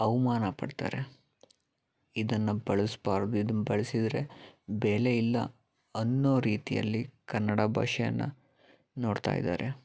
ಅವಮಾನ ಪಡ್ತಾರೆ ಇದನ್ನು ಬಳಸಬಾರ್ದು ಇದನ್ನು ಬಳಸಿದ್ರೆ ಬೆಲೆ ಇಲ್ಲ ಅನ್ನೋ ರೀತಿಯಲ್ಲಿ ಕನ್ನಡ ಭಾಷೆಯನ್ನ ನೋಡ್ತಾಯಿದಾರೆ